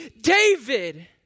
david